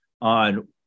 on